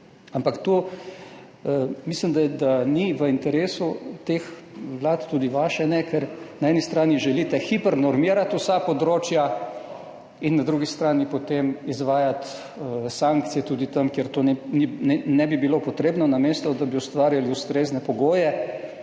ampak to mislim, da ni v interesu teh vlad, tudi vaše ne, ker želite na eni strani hipernormirati vsa področja in na drugi strani potem izvajati sankcije tudi tam, kjer to ne bi bilo potrebno, namesto da bi ustvarjali ustrezne pogoje,